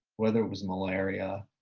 whether it was malaria